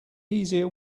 easier